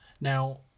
now